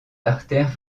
artères